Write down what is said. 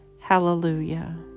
Hallelujah